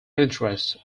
interest